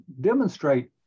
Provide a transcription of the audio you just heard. demonstrate